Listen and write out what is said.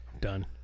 Done